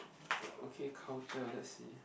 okay culture let's see